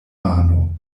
mano